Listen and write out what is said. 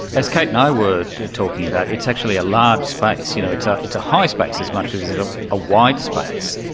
as kate and i were talking about, it's actually a large space, you know it's ah it's a high space as much as ah a wide space.